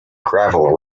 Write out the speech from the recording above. gravel